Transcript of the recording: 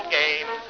game